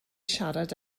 siarad